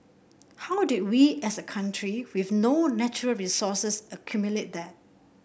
how did we as a country with no natural resources accumulate that